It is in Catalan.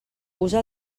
usa